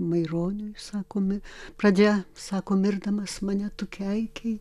maironiui sakomi pradžia sako mirdamas mane tu keikei